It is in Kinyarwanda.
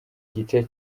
gice